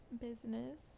business